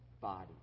body